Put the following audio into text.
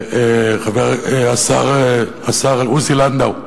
השר עוזי לנדאו,